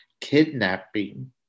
kidnapping